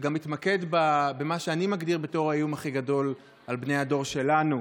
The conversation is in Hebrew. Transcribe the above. שגם מתמקד במה שאני מגדיר בתור האיום הכי גדול על בני הדור שלנו.